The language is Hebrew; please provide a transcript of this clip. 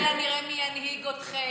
היום ב-24:00 נראה מי ינהיג אתכם.